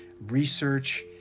research